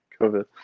COVID